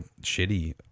shitty